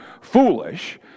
foolish